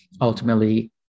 ultimately